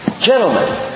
Gentlemen